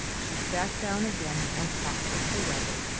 she sat down again and talked of the weather.